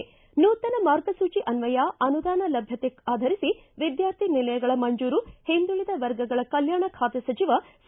ಿಗಿ ನೂತನ ಮಾರ್ಗಸೂಚಿ ಅನ್ವಯ ಅನುದಾನ ಲಭ್ಯತೆ ಆಧರಿಸಿ ವಿದ್ಯಾರ್ಥಿ ನಿಲಯಗಳ ಮಂಜೂರು ಹಿಂದುಳಿದ ವರ್ಗಗಳ ಕಲ್ಯಾಣ ಖಾತೆ ಸಚಿವ ಸಿ